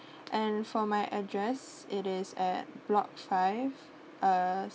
and for my address it is at block five uh